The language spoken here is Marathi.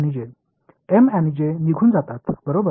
एम आणि जे निघून जातात बरोबर